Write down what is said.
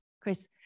Chris